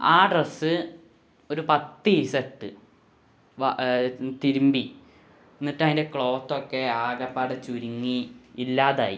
ആ ഡ്രെസ്സ് ഒരു പത്തീസിട്ട് തിരുമ്പി എന്നിട്ടതിൻ്റെ ക്ലോത്തൊക്കെ ആകപ്പാടെ ചുരുങ്ങി ഇല്ലാതായി